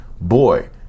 boy